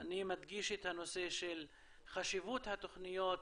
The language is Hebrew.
אני מדגיש את הנושא של חשיבות התוכניות,